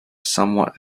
somewhat